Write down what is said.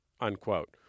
unquote